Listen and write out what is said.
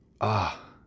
Ah